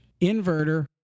inverter